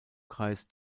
kreis